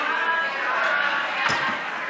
חייב משלם),